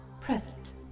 Present